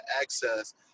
access